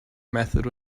method